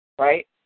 Right